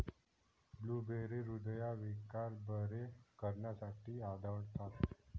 blueberry हृदयविकार बरे करण्यासाठी आढळतात